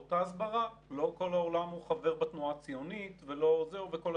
שלום חברים, בוקר טוב